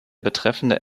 betreffende